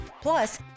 Plus